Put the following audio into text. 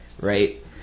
right